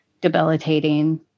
debilitating